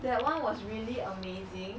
that one was really amazing